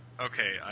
Okay